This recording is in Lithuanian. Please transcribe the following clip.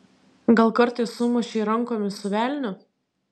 gal kartais sumušei rankomis su velniu